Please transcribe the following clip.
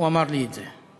הוא אמר לי את זה.